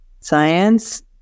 science